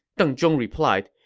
deng zhong replied,